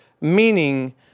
meaning